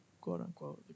quote-unquote